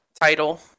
title